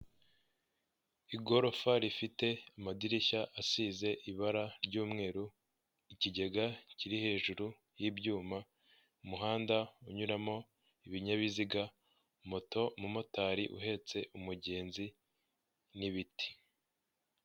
Igorofa rifite amadirishya asize ibara ry'umweru, ikigega kiri hejuru y'ibyuma, umuhanda unyuramo ibinyabiziga moto, umumotari uhetse umugezi n'ibiti.